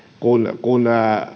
kun kun